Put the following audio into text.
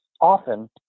often